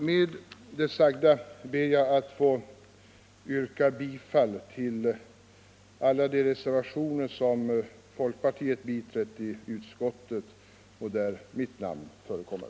Med det sagda ber jag att få yrka bifall till alla de reservationer som folkpartiet biträtt i utskottet och där mitt namn förekommer.